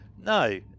no